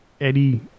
Eddie